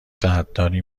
قدردانی